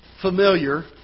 Familiar